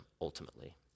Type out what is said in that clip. ultimately